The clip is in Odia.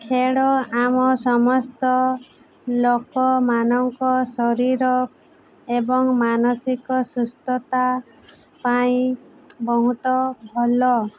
ଖେଳ ଆମ ସମସ୍ତ ଲୋକମାନଙ୍କ ଶରୀର ଏବଂ ମାନସିକ ସୁସ୍ଥତା ପାଇଁ ବହୁତ ଭଲ